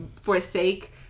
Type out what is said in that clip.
forsake